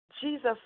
Jesus